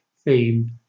theme